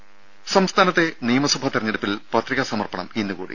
രുമ സംസ്ഥാനത്തെ നിയമസഭാ തിരഞ്ഞെടുപ്പിൽ പത്രികാ സമർപ്പണം ഇന്നുകൂടി